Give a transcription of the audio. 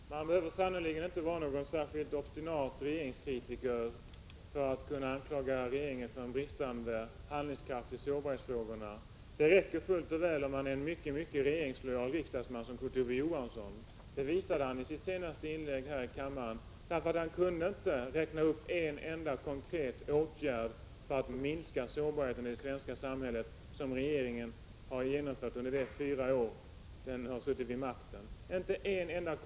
Herr talman! Man behöver sannerligen inte vara någon särskilt obstinat regeringskritiker för att kunna anklaga regeringen för bristande handlingskraft i sårbarhetsfrågorna. Det räcker fullt väl med att man är en mycket regeringslojal riksdagsman, som Kurt Ove Johansson. Det visade han i sitt senaste inlägg här i kammaren. Han kunde ju inte räkna upp en enda konkret åtgärd för att minska sårbarheten i det svenska samhället som regeringen hade vidtagit under de fyra år som den suttit vid makten — inte en enda.